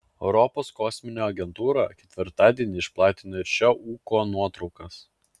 europos kosminė agentūra ketvirtadienį išplatino ir šio ūko nuotraukas